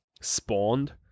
spawned